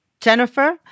Jennifer